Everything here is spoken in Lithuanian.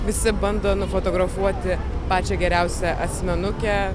visi bando nufotografuoti pačią geriausią asmenukę